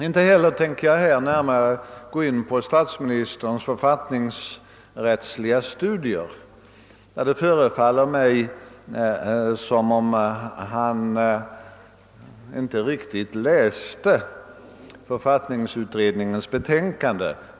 Inte heller tänker jag nu närmare gå in på statsministerns författningsrättsliga studier; det förefaller mig som om han inte riktigt läst författningsutredningen betänkande.